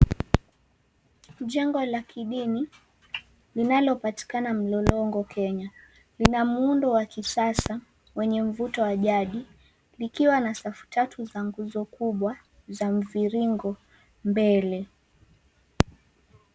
Jengo la kidini linalopatikana Mlolongo Kenya lina muundo wa kisasa wenye mvuto wa jadi likiwa na safu tatu za nguzo kubwa za mviringo mbele.